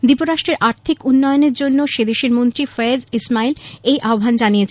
দ্বীপরাষ্ট্রের ার্থিক উন্নয়নের জন্য দেশের মন্ত্রী ফৈয়াজ ইসমাইল এই আহ্বান জানিয়েছেন